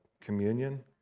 communion